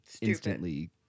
instantly